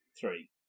three